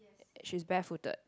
she's barefooted